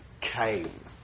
came